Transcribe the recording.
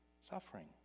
suffering